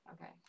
Okay